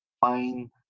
fine